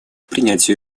принятию